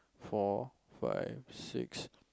four five six